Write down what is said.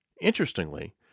Interestingly